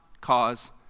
cause